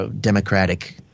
democratic